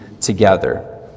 together